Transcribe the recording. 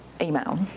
email